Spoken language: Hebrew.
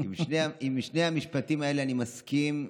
עם שני המשפטים האלה אני מסכים.